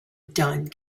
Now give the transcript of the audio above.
done